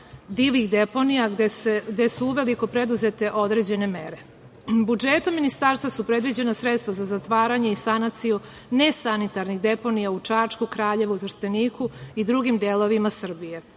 divljih deponija gde su uveliko preduzete određene mere. Budžetom ministarstva su predviđena sredstva za zatvaranje i sanaciju nesanitarnih deponija u Čačku, Kraljevu, Trsteniku i drugim delovima Srbije.